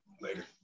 Later